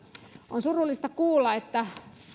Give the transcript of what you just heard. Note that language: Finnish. on surullista kuulla että